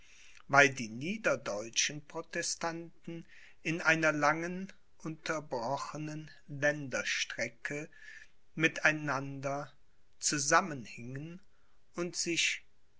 weil die niederdeutschen protestanten in einer langen unterbrochenen länderstrecke mit einander zusammenhingen und sich